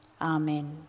Amen